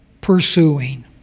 pursuing